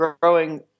growing